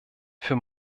für